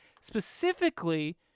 specifically